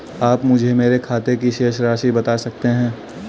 आप मुझे मेरे खाते की शेष राशि बता सकते हैं?